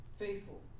Faithful